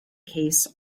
case